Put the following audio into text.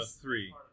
three